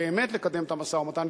באמת לקדם את המשא-ומתן,